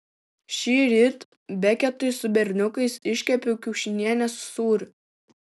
šįryt beketui su berniukais iškepiau kiaušinienę su sūriu